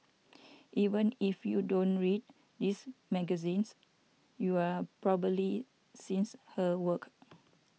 even if you don't read this magazines you are probably seems her work